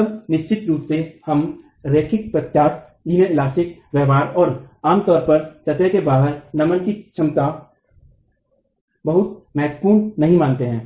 अब निश्चित रूप से हम रैखिक प्रत्यास्थ व्यवहार और आमतौर पर सतह से बाहर नमन की क्षमता बहुत महत्वपूर्ण नहीं मानते है